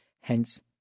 hence